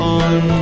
on